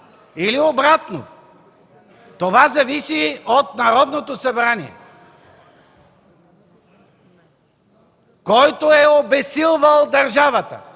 или обратно. Това зависи от Народното събрание. Който е обезсилвал държавата,